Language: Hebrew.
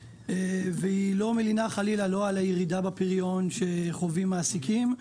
והיא לא מלינה חלילה לא על הירידה בפריון שחווים מעסיקים,